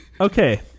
Okay